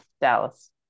Dallas